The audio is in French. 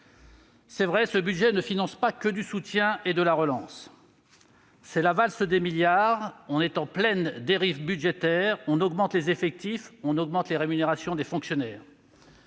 Certes, ce budget ne finance pas que du soutien et de la relance. C'est la valse des milliards, on est en pleine dérive budgétaire, on augmente les effectifs, on augmente les rémunérations des fonctionnaires.